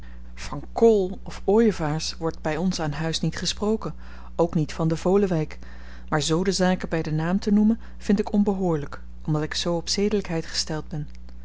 van kool of ooievaars wordt by ons aan huis niet gesproken ook niet van den volewyk maar z de zaken by den naam te noemen vind ik onbehoorlyk omdat ik zoo op zedelykheid gesteld ben